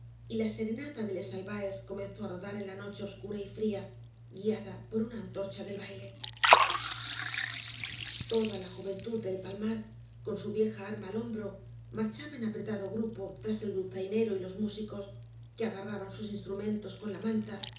y la serenata de les albaes comenzó á rodar en la noche obscura y fría guiada por una antorcha del baile toda la juventud del palmar con su vieja arma al hombro marchaba en apretado grupo tras el dulzainero y los músicos que agarraban sus ins trumentos con la manta